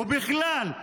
ובכלל,